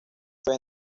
fue